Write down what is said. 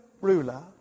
ruler